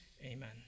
Amen